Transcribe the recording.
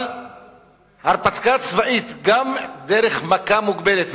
אבל הרפתקה צבאית גם דרך מכה מוגבלת,